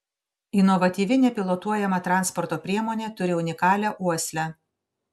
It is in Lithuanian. inovatyvi nepilotuojama transporto priemonė turi unikalią uoslę